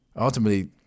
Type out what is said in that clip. ultimately